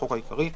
החוק העיקרי),